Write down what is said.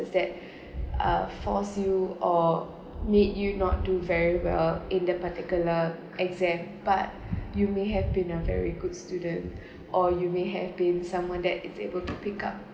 is that uh force you or made you not do very well in the particular exam but you may have been a very good student or you may have been someone that is able to pick up